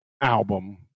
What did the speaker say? album